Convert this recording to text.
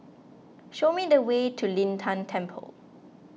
show me the way to Lin Tan Temple